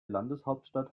landeshauptstadt